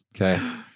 Okay